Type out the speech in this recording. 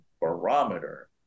barometer